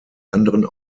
anderen